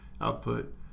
output